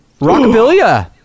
Rockabilia